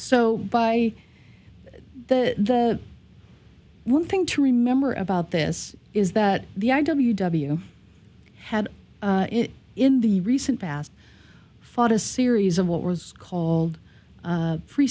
so by that one thing to remember about this is that the i w w had in the recent past fought a series of what was called free